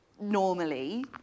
normally